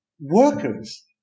workers